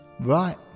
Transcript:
Right